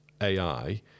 AI